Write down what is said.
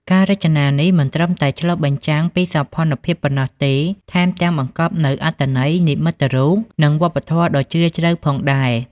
ការរចនានេះមិនត្រឹមតែឆ្លុះបញ្ចាំងពីសោភ័ណភាពប៉ុណ្ណោះទេ ថែមទាំងបង្កប់នូវអត្ថន័យនិមិត្តរូប និងវប្បធម៌ដ៏ជ្រាលជ្រៅផងដែរ។